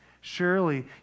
Surely